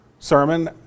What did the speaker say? Sermon